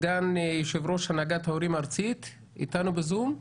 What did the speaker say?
סגן יושב-ראש הנהגת ההורים הארצית אתנו בזום?